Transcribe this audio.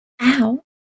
Ow